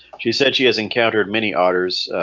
she said she has encountered many otters